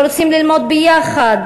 לא רוצים ללמוד ביחד.